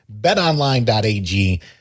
betonline.ag